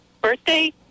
birthday